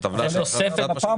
זאת טבלה --- זאת תוספת --- בפעם